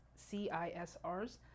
CISRs